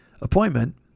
appointment